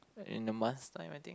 in a month's time I think